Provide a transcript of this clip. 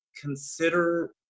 consider